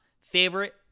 favorite